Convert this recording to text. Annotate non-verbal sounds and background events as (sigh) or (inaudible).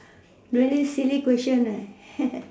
really silly question ah (noise)